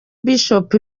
bishop